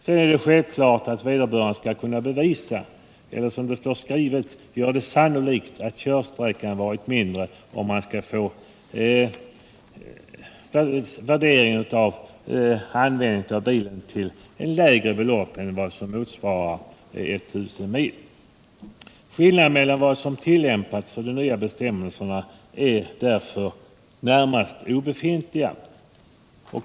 Sedan är det självklart att vederbörande skall kunna bevisa eller — som det står skrivet — göra det sannolikt att körsträckan varit mindre för att användningen av bilen skall värderas till ett mindre belopp än vad som motsvarar 1 000 mil. Skillnaden mellan vad som tillämpats och de nya bestämmelserna är därför närmast obefintlig.